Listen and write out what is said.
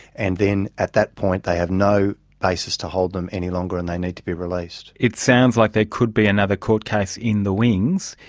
and then at that point they have no basis to hold them any longer and they need to be released. it sounds like there could be another court case in the wings,